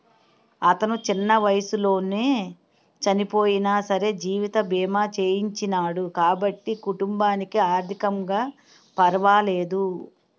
అతను చిన్న వయసులోనే చనియినా సరే జీవిత బీమా చేయించినాడు కాబట్టి కుటుంబానికి ఆర్ధికంగా పరవాలేదు